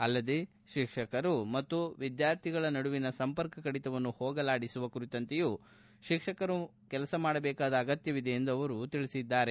ಅಲ್ಲದೆ ಶಿಕ್ಷಕರು ಮತ್ತು ವಿದ್ಯಾರ್ಥಿಗಳ ನಡುವಿನ ಸಂಪರ್ಕ ಕಡಿತವನ್ನು ಹೊಗಲಾಡಿಸುವ ಕುರಿತಂತೆಯೂ ಶಿಕ್ಷಕರು ಕೆಲಸಮಾಡಬೇಕಾದ ಅಗತ್ಯವಿದೆ ಎಂದು ತಿಳಿಸಿದ್ದಾರೆ